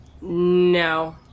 No